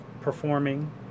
performing